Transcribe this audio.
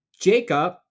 Jacob